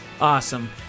awesome